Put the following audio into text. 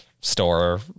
store